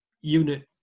unit